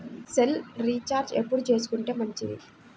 Cell recharge ఎప్పుడు చేసుకొంటే మంచిది?